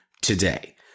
today